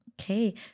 Okay